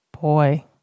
Boy